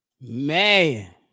Man